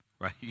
right